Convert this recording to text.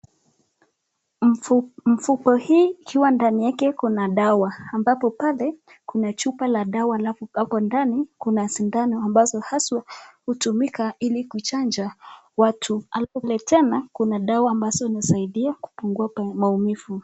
Mfuko hii ikwa ndani yake kuna dawa, ambapo pale kuna chupa ya dawa alafu hapo ndani kuna sindano ambazo haswa hutumiwa kuchanja watu. Na pale tena kuna dawa ambazo husaidia kupungua maumivu.